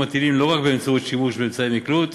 הטילים לא רק בשימוש באמצעי מקלוט,